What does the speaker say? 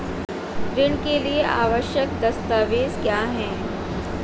ऋण के लिए आवश्यक दस्तावेज क्या हैं?